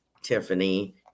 Tiffany